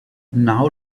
now